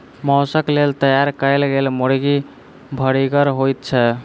मौसक लेल तैयार कयल गेल मुर्गी भरिगर होइत छै